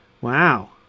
Wow